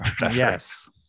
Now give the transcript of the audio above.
Yes